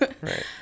Right